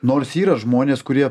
nors yra žmonės kurie